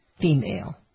female